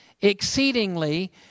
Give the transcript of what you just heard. exceedingly